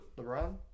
LeBron